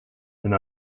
and